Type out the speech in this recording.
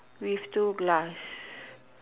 with two glass